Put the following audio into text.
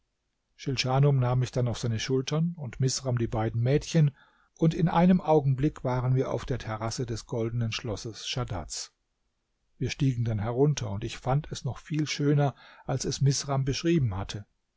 schilschanum nahm mich dann auf seine schultern und misram die beiden mädchen und in einem augenblick waren wir auf der terrasse des goldenen schlosses schadads wir stiegen dann herunter und ich fand es noch viel schöner als es misram beschrieben hatte